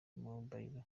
mobile